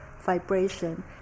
vibration